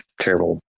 terrible